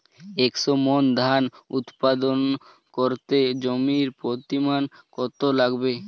একশো মন ধান উৎপাদন করতে জমির পরিমাণ কত লাগবে?